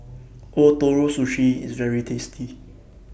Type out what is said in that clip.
Ootoro Sushi IS very tasty